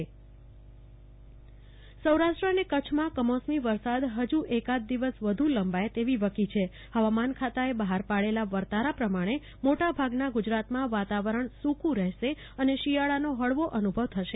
કલ્પના શાહ્ વા માન સૌરાષ્ટ્ર અને કરછ કમોસમી વરસાદ ફજુ એકાદ દિવસ વધુ લંબાય તેવી વકી છે ફવામાન ખાતાએ બફાર પાડેલા વર્તારા પ્રમાણે મોટાભાગના ગુજરાતમાં વાતાવરણ સુકું રહેશે અને શિયાળાનો હળવો અનુભવ થશે